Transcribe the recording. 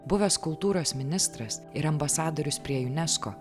buvęs kultūros ministras ir ambasadorius prie unesco